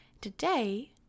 Today